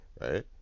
right